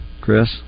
Chris